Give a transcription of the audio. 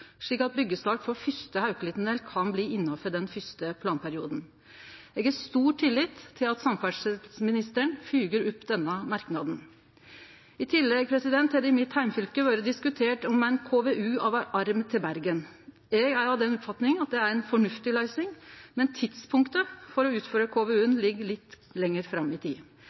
slik at byggjestart for den fyrste Haukeli-tunnelen kan bli innanfor den fyrste planperioden. Eg har stor tillit til at samferdselsministeren fylgjer opp denne merknaden. I tillegg har det i heimfylket mitt vore diskutert ei KVU for ein arm til Bergen. Eg har den oppfatninga at det er ei fornuftig løysing, men tidspunktet for å utføre KVU-en ligg litt lenger fram i tid.